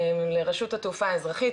לרשות התעופה האזרחית,